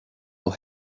will